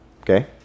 Okay